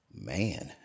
man